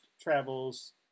travels